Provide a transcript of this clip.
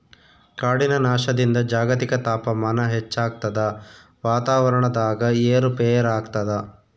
ಕಾಡಿನ ನಾಶದಿಂದ ಜಾಗತಿಕ ತಾಪಮಾನ ಹೆಚ್ಚಾಗ್ತದ ವಾತಾವರಣದಾಗ ಏರು ಪೇರಾಗ್ತದ